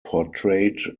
portrayed